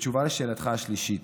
בתשובה על שאלתך השלישית,